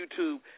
YouTube